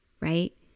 right